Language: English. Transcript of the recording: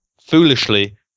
foolishly